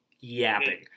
yapping